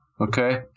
okay